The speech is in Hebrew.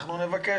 אנחנו נבקש.